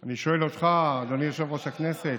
אני שואל אותך, אדוני יושב-ראש הכנסת: